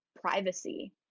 privacy